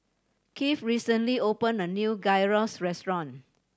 Keith recently opened a new Gyros Restaurant